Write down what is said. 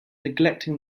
neglecting